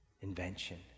invention